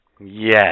Yes